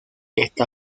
esta